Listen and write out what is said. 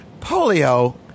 Polio